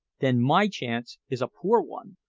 then my chance is a poor one,